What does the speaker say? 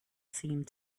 seemed